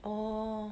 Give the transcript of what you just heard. oh